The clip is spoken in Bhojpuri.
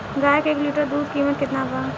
गाय के एक लीटर दूध कीमत केतना बा?